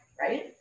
right